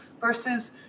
versus